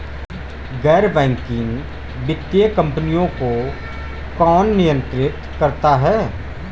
गैर बैंकिंग वित्तीय कंपनियों को कौन नियंत्रित करता है?